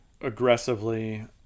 aggressively